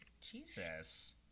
Jesus